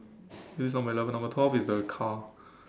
this is number eleven number twelve is the car